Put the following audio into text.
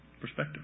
perspective